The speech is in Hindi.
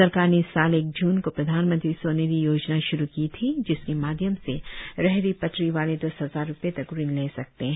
सरकार ने इस साल एक जून को प्रधानमंत्री स्वनिधि योजना श्रू की थी जिसके माध्यम से रेहड़ी पटरी वाले दस हजार रुपये तक ऋण ले सकते हैं